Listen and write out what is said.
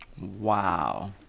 Wow